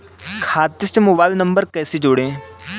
खाते से mobile number कैसे जोड़ें?